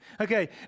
Okay